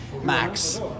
Max